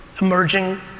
emerging